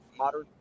modern